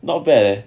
not bad leh